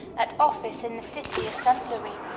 at office in the city of st. louis,